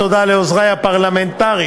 תודה לעוזרי הפרלמנטריים